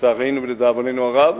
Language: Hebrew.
לצערנו ולדאבוננו הרב,